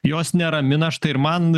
jos neramina štai ir man